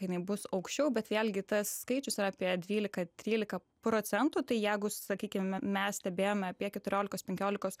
jinai bus aukščiau bet vėlgi tas skaičius yra apie dvylika trylika procentų tai jeigu sakykim mes stebėjome apie keturiolikos penkiolikos